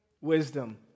wisdom